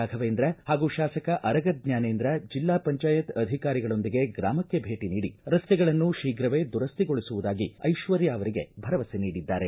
ರಾಘವೇಂದ್ರ ಹಾಗೂ ಶಾಸಕ ಅರಗ ಜ್ಞಾನೇಂದ್ರ ಜಿಲ್ಲಾ ಪಂಚಾಯತ್ ಅಧಿಕಾರಿಗಳೊಂದಿಗೆ ಗ್ರಾಮಕ್ಕೆ ಭೇಟಿ ನೀಡಿ ರಸ್ತೆಗಳನ್ನು ಶೀಘ್ರವೇ ದುರಸ್ತಿಗೊಳಿಸುವುದಾಗಿ ಐಶ್ವರ್ಯಾ ಅವರಿಗೆ ಭರವಸೆ ನೀಡಿದ್ದಾರೆ